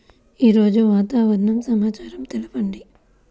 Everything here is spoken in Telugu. ఈరోజు వాతావరణ సమాచారం తెలుపండి